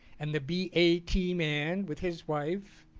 and the b. a. t. man with his wife,